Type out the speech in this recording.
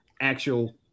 actual